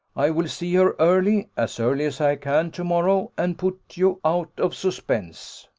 i will see her early, as early as i can to-morrow, and put you out of suspense.